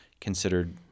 considered